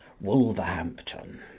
wolverhampton